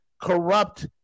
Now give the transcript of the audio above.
corrupt